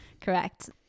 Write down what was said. Correct